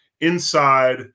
inside